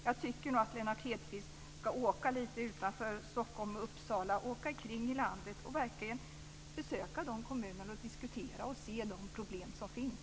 Jag tycker nog att Lennart Hedquist ska åka lite utanför Stockholm och Uppsala, åka omkring i landet och verkligen besöka kommuner och diskutera och se de problem som finns.